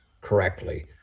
correctly